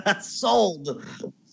sold